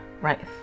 Right